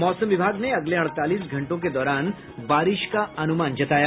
मौसम विभाग ने अगले अड़तालीस घंटों के दौरान बारिश का अनुमान जताया